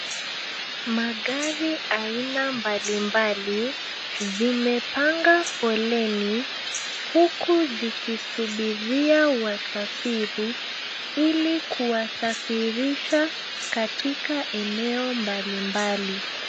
Magari aina mbalimbali, zimepanga foleni, huku zikisubiria wasafiri, ili kuwasafirisha katika eneo mbalimbali.